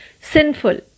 sinful